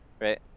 right